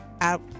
out